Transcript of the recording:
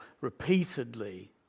repeatedly